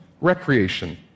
recreation